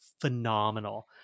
phenomenal